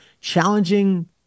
challenging